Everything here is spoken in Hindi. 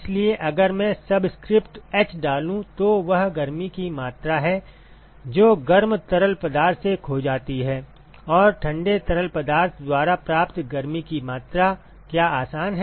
इसलिए अगर मैं सबस्क्रिप्ट h डालूं तो वह गर्मी की मात्रा है जो गर्म तरल पदार्थ से खो जाती है और ठंडे तरल पदार्थ द्वारा प्राप्त गर्मी की मात्रा क्या आसान है